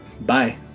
Bye